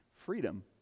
freedom